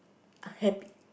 unhappy